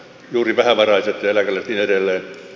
juuri vähävaraiset kielet niin edelleen